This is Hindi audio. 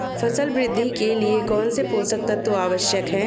फसल वृद्धि के लिए कौनसे पोषक तत्व आवश्यक हैं?